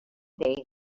day